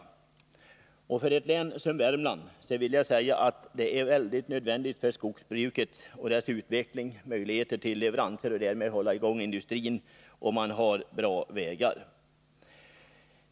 Jag vill också framhålla att det för ett län som Värmland är nödvändigt att man har bra vägar med tanke på skogsbruket och dess utveckling — bra vägar gör att man kan upprätthålla leveranserna och hålla industrin i gång.